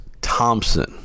Thompson